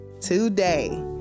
today